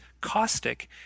caustic